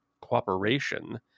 cooperation